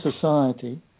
society